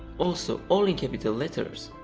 also all in capital letters.